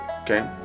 okay